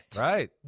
Right